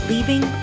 Leaving